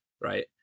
right